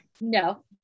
No